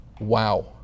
wow